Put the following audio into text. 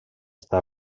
està